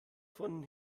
von